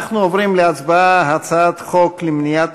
אנחנו עוברים להצבעה על הצעת חוק למניעת